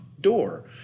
door